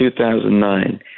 2009